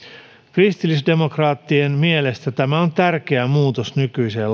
kristillisdemokraattien mielestä tämä on tärkeä muutos nykyiseen